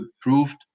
proved